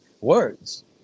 words